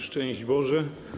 Szczęść Boże!